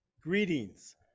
greetings